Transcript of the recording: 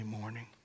morning